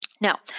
Now